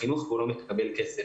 מקבל כסף.